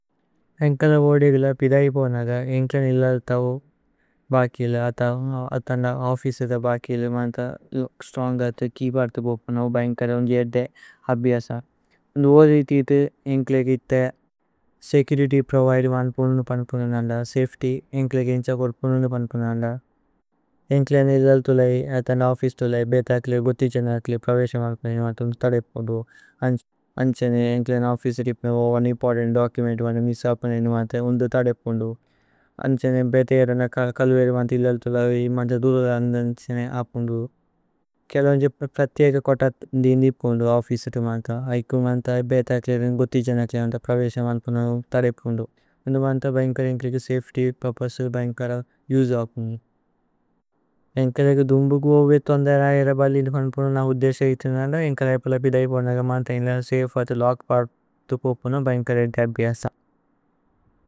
ഏന്കല വോദേഗില പിദൈപോനഗ ഏന്കല ഇല്ലല്തൌ। ബാകില അഥ അഥന്ദ ഓഫിസിത ബാകില മാന്ഥ। സ്തോന്ഗ് അഥ കിപര്ഥു പോക്പനൌ ബൈന്കര ഉന്ജേ ദ്ദേ। അബിഅസ ഉന്ദു ഓജി ഥിതു ഏന്കല ഗിഥേ സേചുരിത്യ്। പ്രോവൈദി മാന്ത്പുനു നു പന്പുനു നന്ദ സഫേത്യ്। ഏന്കല ഗേന്ഛ കോദ്പുനു നു പന്പുനു നന്ദ ഏന്കല। ഇല്ലല് തുലൈ അഥന്ദ ഓഫിസ് തുലൈ ബേതക്ല ഗുഥി। ജനക്ല പ്രവേശ മാന്ത്പനി മാന്തുമു സ്തദേപ്പുന്ദു। അന്ഛ നേ ഏന്കല ന ഓഫിസിത ദിപ്നേവു ഓനേ ഇമ്പോര്തന്ത്। ദോചുമേന്ത് മാന്ത മിസോ അപനേവിന്ദു മാന്ത ഉന്ദു। ഥദേപ്പുന്ദു അന്ഛ നേ ബേതക്ല ന കലുവേരി മന്ത। ഇല്ലല് തുലൈ മാന്ത ദുധുര അന്ഛ നേ അപുന്ദു। കേഅല ഉന്ജേ പ്രത്യേക കോത ദിന്ദിപ്പുന്ദു ഓഫിസിത। മാന്ത ഏക്കു മാന്ത ബേതക്ല ജനക്ല ഗുഥി। ജനക്ല മാന്ത പ്രവേശ മാന്ത്പനി മാന്തുമു। ഥദേപ്പുന്ദു ഉന്ദു മാന്ത ബൈന്കര ഏന്കല സഫേത്യ്। പ്രോപോസല് ബൈന്കര ഉജോ അപുന്ദു ഏന്കല ഏഗ്ദ ദുന്ദു। ഗുബോവേതു ഓന്ദര ഏന്കല ഏരബലിന്ദു പന്പുനു ന। ഉദ്ദേസേ ഇതുനന്ദ ഏന്കല ഏപലപിദൈവു ന നഗ। മാന്ത ഇല്ല പഥു പോപുനു ബൈന്കര ഏന്ക അഭ്യസ।